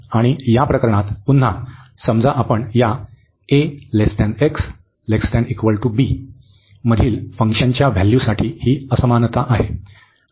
आणि या प्रकरणात पुन्हा समजा आपण या ax≤b मधील फंक्शनच्या व्हॅल्यूसाठी ही असमानता आहे